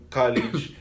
college